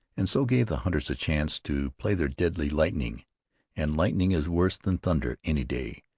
and so gave the hunters a chance to play their deadly lightning and lightning is worse than thunder any day.